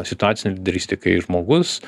situacinė lyderystė kai žmogus